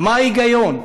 מה ההיגיון?